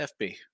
FB